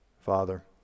Father